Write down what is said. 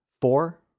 four